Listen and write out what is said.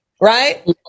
Right